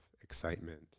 excitement